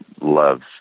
loves